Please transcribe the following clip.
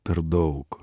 per daug